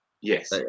Yes